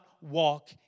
walk